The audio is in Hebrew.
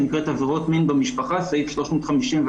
מין במשפחה, סעיף 351,